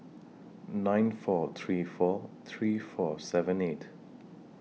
nine four three four three four seven eight